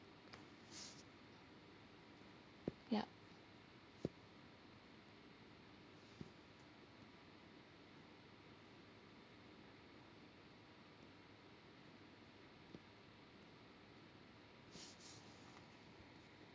yup